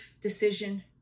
decision